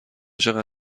چقدر